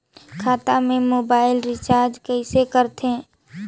खाता से mobile recharge कइसे करथे